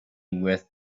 with